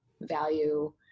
value